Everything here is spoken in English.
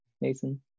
Mason